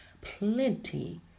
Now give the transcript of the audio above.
plenty